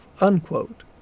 unquote